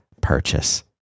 purchase